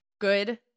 good